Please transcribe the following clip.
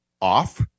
off